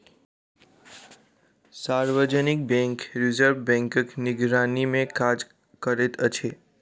सार्वजनिक bank reserve बैंकक निगरानीमे काज करैत अछि